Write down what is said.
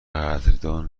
قدردان